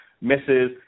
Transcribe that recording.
misses